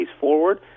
forward